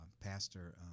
pastor